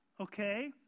okay